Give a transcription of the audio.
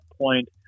point